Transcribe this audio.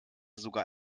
sogar